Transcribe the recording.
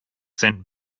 sent